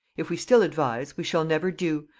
if we still advise, we shall never do,